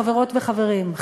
חברות וחברים,